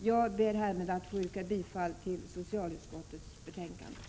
Jag yrkar bifall till hemställan i socialutskottets betänkande.